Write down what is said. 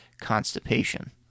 constipation